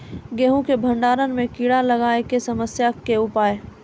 गेहूँ के भंडारण मे कीड़ा लागय के समस्या के उपाय?